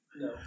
No